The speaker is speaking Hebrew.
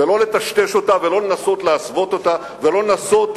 ולא לטשטש אותה ולא לנסות להסוות אותה ולא לנסות